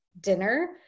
dinner